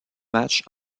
matchs